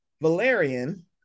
Valerian